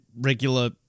regular